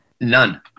None